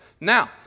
Now